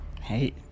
Hey